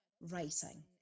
writing